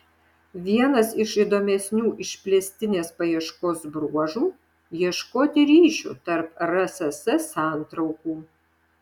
vienas iš įdomesnių išplėstinės paieškos bruožų ieškoti ryšių tarp rss santraukų